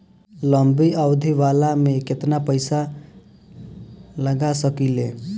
लंबी अवधि वाला में केतना पइसा लगा सकिले?